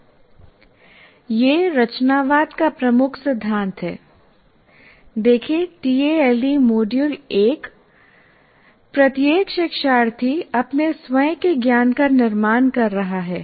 यह रचनावाद का प्रमुख सिद्धांत है देखें टीएएलई मॉड्यूल 1 प्रत्येक शिक्षार्थी अपने स्वयं के ज्ञान का निर्माण कर रहा है